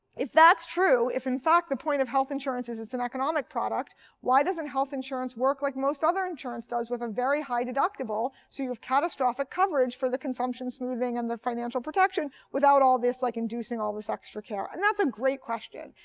if that's true if in fact the point of health insurance is it's an economic product why doesn't health insurance work like most other insurance does with a very high deductible so you have catastrophic coverage for the consumption smoothing and the financial protection without all this like inducing all this extra care. and that's a great question.